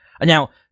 Now